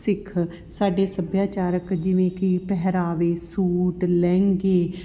ਸਿੱਖ ਸਾਡੇ ਸੱਭਿਆਚਾਰਕ ਜਿਵੇਂ ਕਿ ਪਹਿਰਾਵੇ ਸੂਟ ਲਹਿੰਗੇ